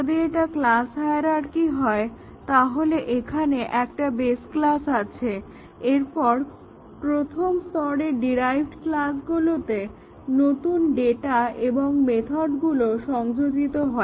যদি এটা class hierarchy হয় তাহলে এখানে একটা বেস ক্লাস আছে এবং এরপর প্রথম স্তরের ডিরাইভড ক্লাসগুলোতে নতুন ডাটা এবং মেথডগুলো সংযোজিত হয়